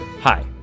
Hi